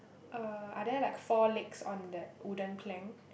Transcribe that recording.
uh are there like four legs on that wooden plank